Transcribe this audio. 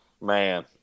Man